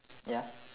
ya